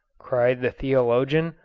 cried the theologian.